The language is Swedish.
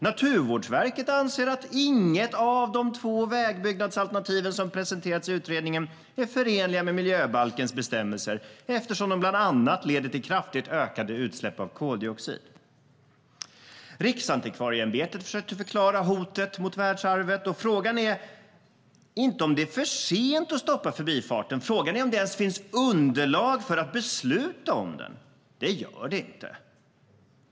Naturvårdsverket anser att inget av de två vägbyggnadsalternativen som har presenterats i utredningen är förenliga med miljöbalkens bestämmelser eftersom de bland annat leder till kraftigt ökade utsläpp av koldioxid. Riksantikvarieämbetet försökte förklara hotet mot världsarvet.Frågan är inte om det är för sent att stoppa Förbifarten. Frågan är om det ens finns underlag för att besluta om den. Det gör det inte.